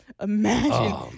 Imagine